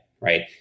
Right